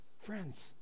Friends